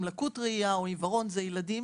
עם לקות ראייה או עיוורון זה ילדים,